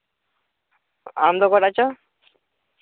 ᱟᱢ ᱫᱚ ᱚᱠᱚᱭᱴᱟᱜ ᱪᱚ